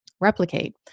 replicate